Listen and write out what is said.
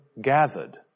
gathered